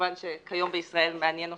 וכמובן שכיום בישראל הפוקוס הוא